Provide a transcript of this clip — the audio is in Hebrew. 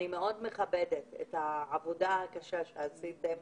מאוד מכבדת את העבודה הקשה שעשיתם